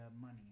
money